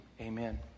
Amen